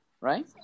Right